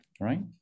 Right